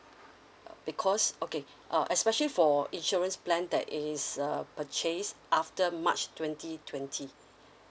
because okay uh especially for insurance plan that is uh purchase after march twenty twenty